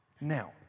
Now